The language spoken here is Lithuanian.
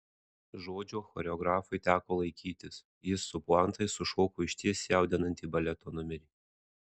žodžio choreografui teko laikytis jis su puantais sušoko išties jaudinantį baleto numerį